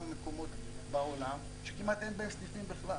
מקומות בעולם שכמעט אין בהם סניפים בכלל.